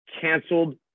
canceled